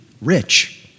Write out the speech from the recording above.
rich